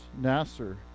Nasser